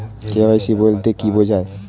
KYC বলতে কি বোঝায়?